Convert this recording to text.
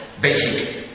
basic